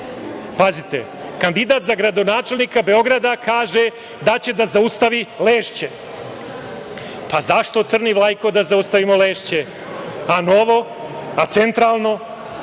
Lešće.“Pazite, kandidat za gradonačelnika Beograda kaže da će da zaustavi Lešće.Zašto, crni Vlajko, da zaustavimo Lešće? A Novo, a Centralno?